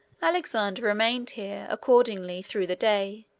alexander remained here, accordingly, through the day,